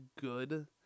good